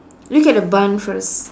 look the barn first